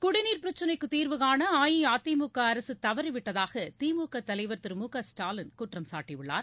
குடிநீர் பிரச்னைக்கு தீர்வு காண அஇஅதிமுக அரசு தவறிவிட்டதாக திமுக தலைவர் திரு மு க ஸ்டாலின் குற்றம் சாட்டியுள்ளார்